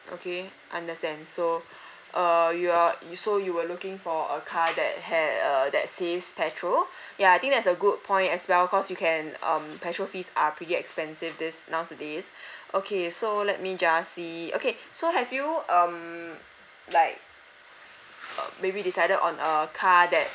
okay understand so uh your so you will looking for a car that had uh that saves petrol ya I think that's a good point as well cause you can um petrol fees are pretty expensive this nowadays okay so let me just see okay so have you um like uh maybe decided on a car that